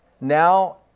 Now